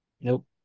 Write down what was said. Nope